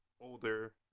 older